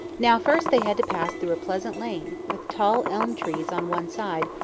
now, first they had to pass through a pleasant lane, with tall elm trees on one side,